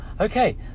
Okay